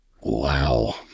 wow